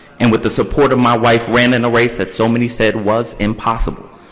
and with the support of my wife, ran in a race that so many said was impossible.